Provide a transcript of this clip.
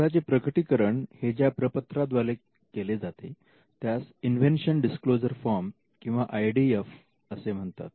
शोधाचे प्रकटीकरण हे ज्या प्रपत्रा द्वारे केले जाते त्यास इंवेंशन डीसक्लोजर फॉर्म किंवा आय डी एफ असे म्हणतात